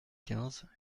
quinze